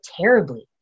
terribly